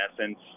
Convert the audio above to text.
essence